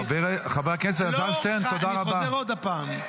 --- חבר הכנסת שטרן, תודה רבה.